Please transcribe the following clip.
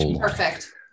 Perfect